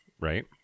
right